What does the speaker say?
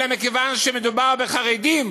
אלא מכיוון שמדובר בחרדים.